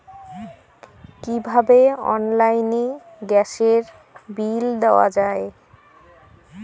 কিভাবে অনলাইনে গ্যাসের বিল দেওয়া যায়?